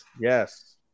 Yes